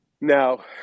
Now